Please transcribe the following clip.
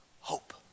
Hope